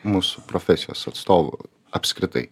mūsų profesijos atstovų apskritai